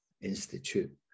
institute